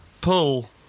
pull